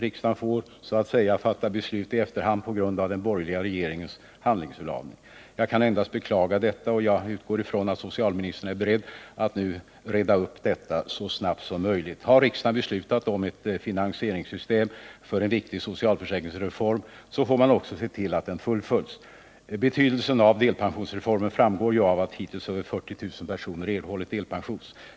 Riksdagen får så att säga fatta beslut i efterhand på grund av den borgerliga regeringens handlingsförlamning. Jag kan endast beklaga detta, och jag utgår från att socialministern är beredd att nu reda upp saken så snabbt som möjligt. Har riksdagen beslutat om ett finansieringssystem för en viktig socialförsäkringsreform, så får man också se till att det fullföljs. Betydelsen av delpensionsreformen framgår ju av att hittills över 40 000 personer erhållit delpension.